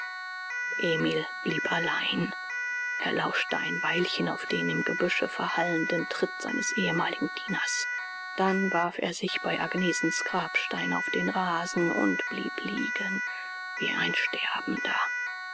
emil blieb allein er lauschte ein weilchen auf den im gebüsche verhallenden tritt seines ehemaligen dieners dann warf er sich bei agnesens grabstein auf den rasen und blieb liegen wie ein sterbender